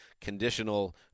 conditional